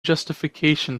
justification